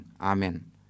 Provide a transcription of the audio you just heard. Amen